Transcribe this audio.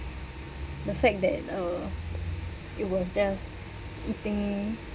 the fact that uh it was just eating